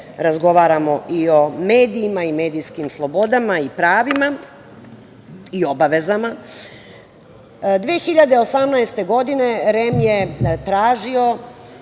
razgovaramo i o medijima i medijskim slobodama i pravima i obavezama. Godine 2018. REM je tražio,